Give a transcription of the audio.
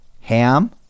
ham